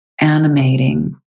animating